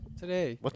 today